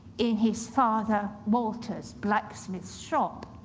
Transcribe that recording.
in his father, walter's, blacksmith shop.